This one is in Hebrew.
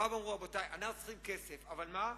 אמרו: רבותי, אנחנו צריכים כסף, אבל מה,